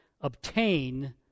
obtain